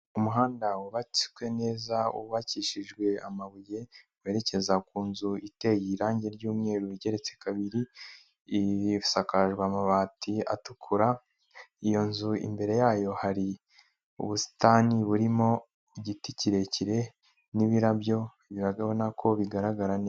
Umuhanda wubatswe neza wubakishijwe amabuye, werekeza ku nzu iteye irangi ry'umweru, igeretse kabiri, ibisakaje amabati atukura, iyo nzu imbere yayo hari ubusitani burimo igiti kirekire n'ibirabyo ubona ko bigaragara neza.